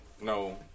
No